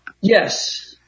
Yes